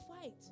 fight